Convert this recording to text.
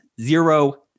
zero